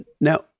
Now